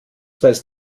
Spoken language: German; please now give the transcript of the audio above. weiß